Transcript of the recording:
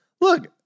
Look